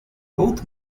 both